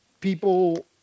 people